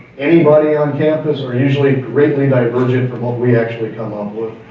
anybody on campus are usually greatly divergent from what we actually come up with.